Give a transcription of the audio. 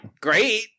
great